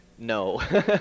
No